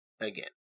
again